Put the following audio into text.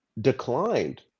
declined